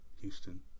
Houston